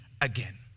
again